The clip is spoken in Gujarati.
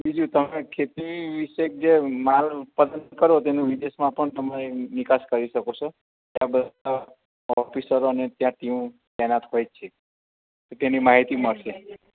બીજું તમે ખેતી વિશે જે માલ પસંદ કરો તેનો વિદેશમાં પણ તમારે નિકાસ કરી શકો છો ત્યાં બધા ઓફિસરોને ત્યાં ટીમ તૈનાત હોય છે તો તેની માહિતી મળશે